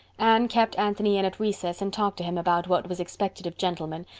anne kept anthony in at recess and talked to him about what was expected of gentlemen,